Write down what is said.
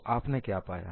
तो आपने क्या पाया